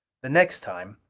the next time,